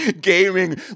gaming